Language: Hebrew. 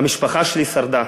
המשפחה שלי שרדה.